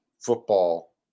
football